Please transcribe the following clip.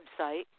website